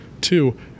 Two